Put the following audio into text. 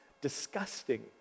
disgusting